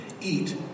eat